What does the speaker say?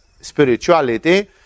spirituality